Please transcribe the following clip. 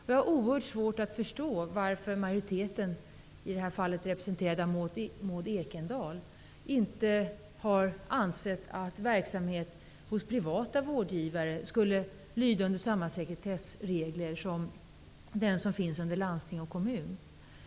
Jag har oerhört svårt att förstå varför majoriteten, i detta fall representerad av Maud Ekendahl, inte har ansett att verksamheten hos privata rådgivare skulle lyda under samma sekretessregler som den som finns under landsting och kommuner.